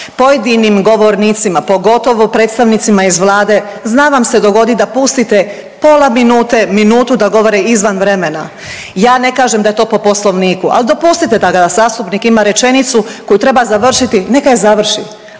Pojedinim govornicima pogotovo predstavnicima iz Vlade zna vam se dogoditi da pustite pola minute, minutu da govore izvan vremena. Ja ne kažem da je to po Poslovniku, ali dopustite da zastupnik ima rečenicu koju treba završiti neka je završi.